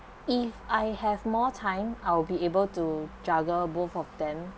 if I have more time I'll be able to juggle both of them